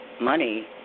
money